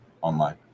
online